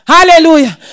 Hallelujah